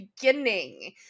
beginning